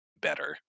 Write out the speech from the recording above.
better